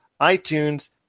iTunes